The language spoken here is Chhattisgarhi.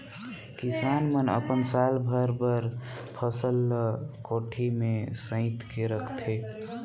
किसान मन अपन साल भर बर फसल ल कोठी में सइत के रखथे